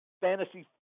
fantasy